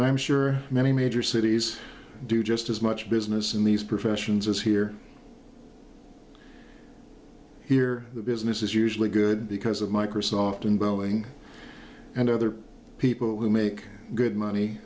and i'm sure many major cities do just as much business in these professions as here here the business is usually good because of microsoft and boeing and other people who make good money